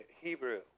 Hebrew